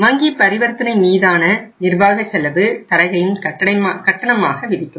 வங்கி பரிவர்த்தனை மீதான நிர்வாக செலவையும் தரகையும் கட்டணமாக விதிக்கும்